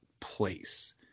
place